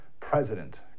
President